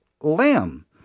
lamb